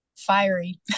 fiery